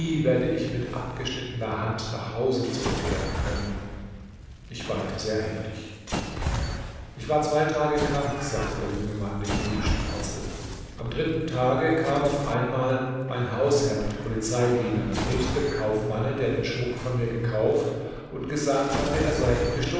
werde ich mit abgeschnittener hand nach hause zurückkehren können ich weinte sehr heftig ich war zwei tage krank sagte der junge mann dem jüdischen arzte am dritten tage kam auf einmal mein hausherr mit polizeidienern nebst dem kaufmanne der den schmuck von mir gekauft und gesagt hatte er sei